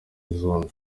zombi